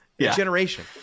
Generation